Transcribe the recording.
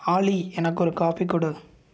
ஆலி எனக்கு ஒரு காஃபி கொடு